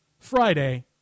Friday